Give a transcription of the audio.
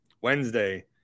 Wednesday